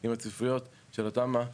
אם הצפיפויות של התמ"א,